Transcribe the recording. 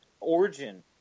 origin